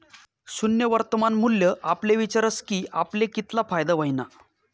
शुद्ध वर्तमान मूल्य आपले विचारस की आपले कितला फायदा व्हयना